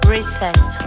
Reset